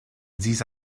dits